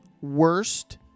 worst